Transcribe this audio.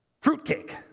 Fruitcake